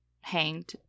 hanged